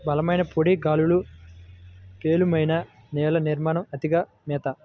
బలమైన పొడి గాలులు, పేలవమైన నేల నిర్మాణం, అతిగా మేత